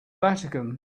vatican